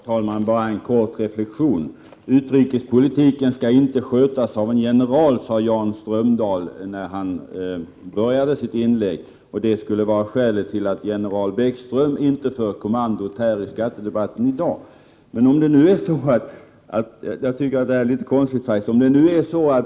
Herr talman! Bara en kort reflexion. Utrikespolitiken skall inte skötas av en general, sade Jan Strömdahl, när han började sitt inlägg, och det skulle vara skälet till att general Bäckström inte för kommandot i skattedebatten här i dag. Jag tycker att det är litet konstigt resonerat.